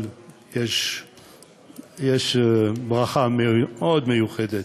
אבל יש ברכה מאוד מיוחדת